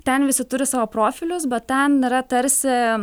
ten visi turi savo profilius bet ten yra tarsi